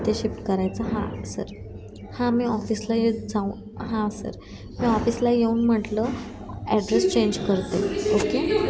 ते शिफ्ट करायचं हां सर हां मी ऑफिसला येत जाऊ हां सर मी ऑफिसला येऊन म्हटलं ॲड्रेस चेंज करते ओके